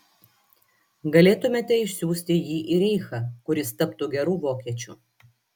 galėtumėte išsiųsti jį į reichą kur jis taptų geru vokiečiu